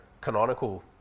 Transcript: canonical